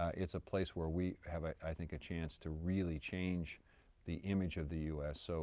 ah it's a place where we have i think a chance to really change the image of the u s. so